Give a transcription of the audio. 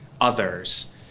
others